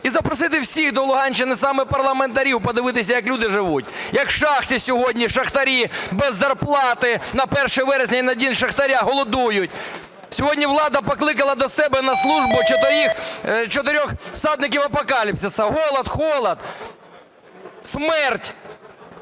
і запросити всіх до Луганщини саме парламентарів подивитися, як люди живуть, як шахти сьогодні, шахтарі без зарплати на 1 вересня і на День шахтаря голодують. Сьогодні влада покликала до себе на службу "чотирьох всадників Апокаліпсису" – голод, холод, смерть